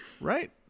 Right